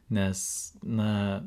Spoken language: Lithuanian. nes na